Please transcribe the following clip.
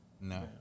No